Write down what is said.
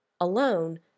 alone